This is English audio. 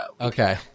Okay